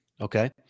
Okay